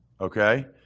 okay